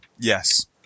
Yes